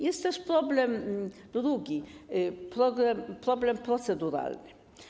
Jest też problem drugi, problem proceduralny.